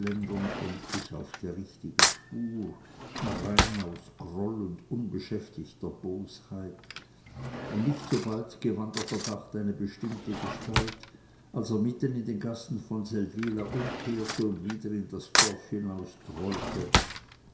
endlich auf die richtige spur rein aus groll und unbeschäftigter bosheit und nicht so bald gewann der verdacht eine bestimmte gestalt als er mitten in den gassen von seldwyla umkehrte und wieder in das dorf